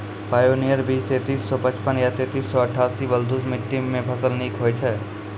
Pioneer बीज तेंतीस सौ पचपन या तेंतीस सौ अट्ठासी बलधुस मिट्टी मे फसल निक होई छै?